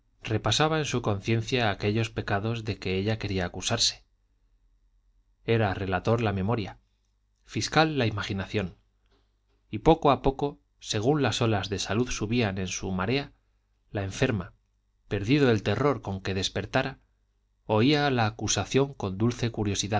repasaba en su conciencia aquellos pecados de que quería acusarse era relator la memoria fiscal la imaginación y poco a poco según las olas de salud subían en su marea la enferma perdido el terror con que despertara oía la acusación con dulce curiosidad